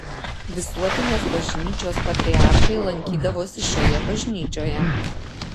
visuotinės bažnyčios patriarchai lankydavosi šioje bažnyčioje